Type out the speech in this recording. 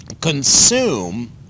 consume